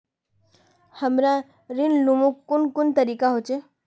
हमरा ऋण लुमू कुन कुन तरीका होचे?